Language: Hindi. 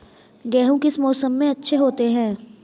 गेहूँ किस मौसम में अच्छे होते हैं?